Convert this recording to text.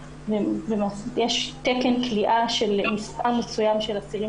יש תקן כליאה של מספר מסוים של אסירים